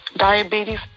Diabetes